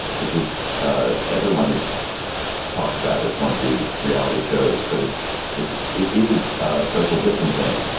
which is everyone has talked about. it's one of these reality shows, but it's it's it is social distancing.